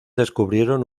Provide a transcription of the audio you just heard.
descubrieron